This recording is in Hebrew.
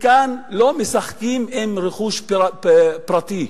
אתם מתעסקים עם רכוש פרטי.